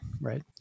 right